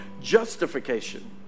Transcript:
justification